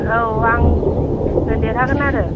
औ आं नो देरहागोन आरो